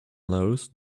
laos